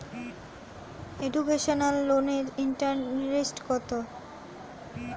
Educational লোনের interest কত?